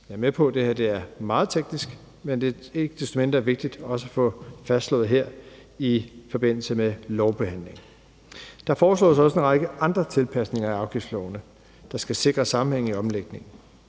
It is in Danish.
Jeg er med på, at det her er meget teknisk, men det er ikke desto mindre vigtigt også at få tingene fastslået her i forbindelse med lovbehandlingen. Der foreslås også en række andre tilpasninger af afgiftslovene, der skal sikre sammenhæng i omlægningen.